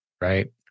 right